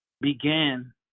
began